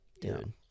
Dude